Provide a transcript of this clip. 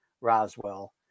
Roswell